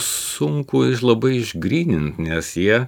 sunku labai išgrynint nes jie